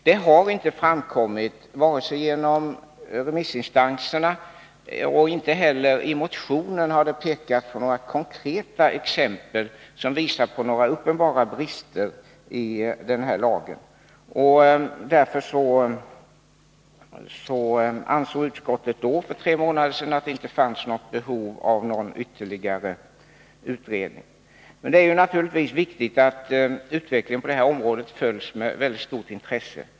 Det har inte framkommit, vare sig genom remissinstanserna eller i motionerna, några konkreta exempel som visar på uppenbara brister i denna lag. Därför ansåg utskottet för tre månader sedan att det inte fanns något behov av ytterligare utredning. Men det är naturligtvis viktigt att utvecklingen på detta område följs med mycket stort intresse.